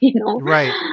Right